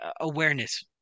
awareness